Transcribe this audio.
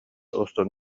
устун